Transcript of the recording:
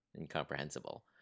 incomprehensible